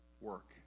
work